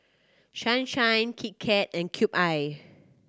Sunshine Kit Kat and Cube I